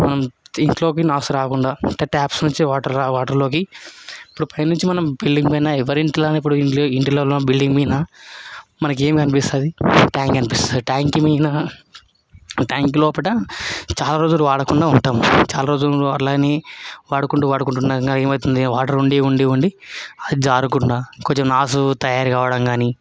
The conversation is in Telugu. మనం దీంట్లోకి నాసు రాకుండా ఇంకా టాప్స్ నుంచి వాటర్ వాటర్లోకి ఇప్పుడు పైనుంచి మనం బిల్డింగ్ పైన ఎవరింట్లో అయినా ఇప్పుడు ఇంటిలల్లో బిల్డింగ్ మీద మనకి ఏం కనిపిస్తుంది ట్యాంక్ కనిపిస్తుంది ట్యాంక్ మీద ట్యాంక్ లోపలో చాలా రోజులు వాడకుండా ఉంటాం చాలా రోజులు అలానే వాడకుండా వాడకుండా ఉండంగా ఏమవుతుంది వాటర్ ఉండి ఉండి ఉండి అది జారకుండా కొంచెం నాసు తయారవడం కానీ